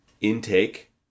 intake